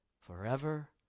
forever